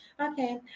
Okay